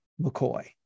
mccoy